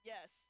Yes